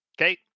Okay